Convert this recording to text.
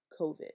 COVID